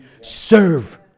Serve